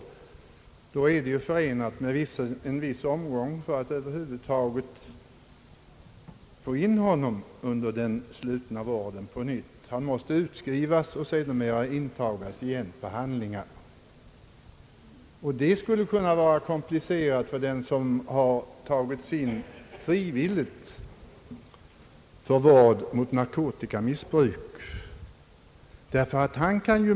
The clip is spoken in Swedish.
I ett sådant fall är det ju förenat med en viss omgång att över huvud taget få in honom i den slutna: vården på nytt. Han måste skrivas , ut och sedermera tagas in igen »på handlingar». Arrangemanget skulle kunna vara särskilt komplicerat i fråga om den som tägits in frivilligt för vård mot narkotikamissbruk. Han kan.